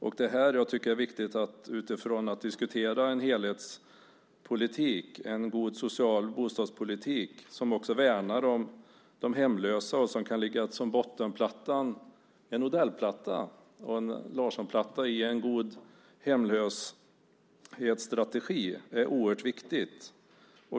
Jag tycker att det är oerhört viktigt att utifrån detta diskutera en helhetspolitik, en god social bostadspolitik, som också värnar om de hemlösa och som kan ligga som bottenplattan - en Odellplatta eller en Larssonplatta! - i en god hemlöshetsstrategi.